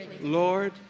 Lord